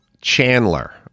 Chandler